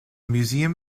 museum